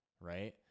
right